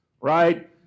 right